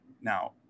Now